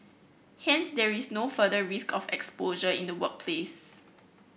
hence there is no further risk of exposure in the workplace